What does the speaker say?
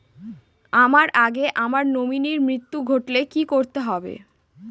আমার আগে আমার নমিনীর মৃত্যু ঘটলে কি করতে হবে?